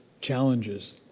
challenges